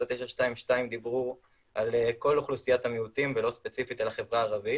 בהחלטה 922 דיברו על כל אוכלוסיית המיעוטים ולא ספציפית על החברה הערבית